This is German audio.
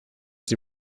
sie